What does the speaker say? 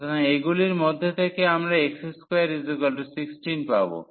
সুতরাং এগুলির মধ্যে থেকে আমরা x216 পাব